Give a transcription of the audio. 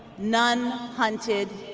none hunted,